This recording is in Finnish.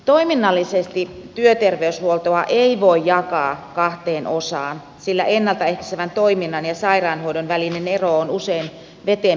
toiminnallisesti työterveyshuoltoa ei voi jakaa kahteen osaan sillä ennalta ehkäisevän toiminnan ja sairaanhoidon välinen ero on usein veteen piirretty